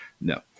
no